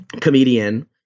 comedian